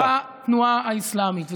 בתנועה האסלאמית.